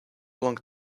long